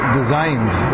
designed